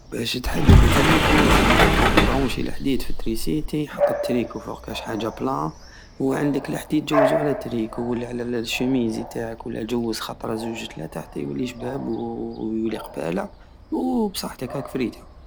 بش تحدد تريكو شعل- برونشي لحديد فالتريسيتي حط التريكو فوق كش حاجة بلات وعندك لحديد جوزو علا التريكو ولا علا الشوميزي تاعك ولا جوز خطرا زوج تلاتة حتى يولي شباب ويولي قبالة وبصحتك راك فريتها